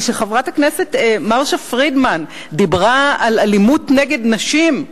כשחברת הכנסת מרשה פרידמן דיברה על אלימות נגד נשים,